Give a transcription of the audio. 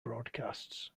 broadcasts